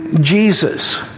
Jesus